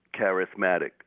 charismatic